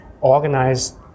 organize